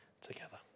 together